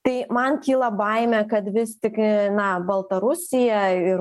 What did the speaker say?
tai man kyla baimė kad vis tik na baltarusija ir